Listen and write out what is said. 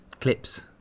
clips